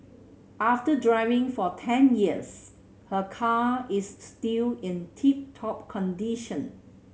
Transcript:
after driving for ten years her car is still in tip top condition